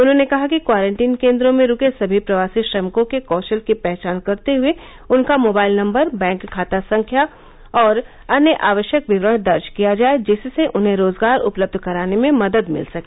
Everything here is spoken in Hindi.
उन्होंने कहा कि क्वारंटीन केंद्रों में रूके समी प्रवासी श्रमिकों के कौशल की पहचान करते हुए उनका मोबाइल नंबर बैंक खाता संख्या और अन्य आवश्यक विवरण दर्ज किया जाए जिससे उन्हें रोजगार उपलब्ध कराने में मदद मिल सके